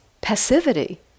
passivity